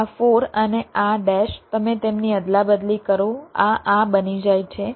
આ 4 અને આ ડેશ તમે તેમની અદલાબદલી કરો આ આ બની જાય છે